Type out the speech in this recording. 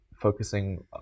focusing